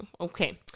okay